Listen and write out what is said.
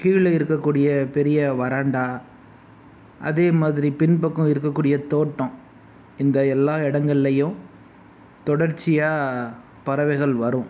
கீழே இருக்கக்கூடிய பெரிய வராண்டா அதேமாதிரி பின்பக்கம் இருக்கக்கூடிய தோட்டம் இந்த எல்லா இடங்கள்லையும் தொடர்ச்சியாக பறவைகள் வரும்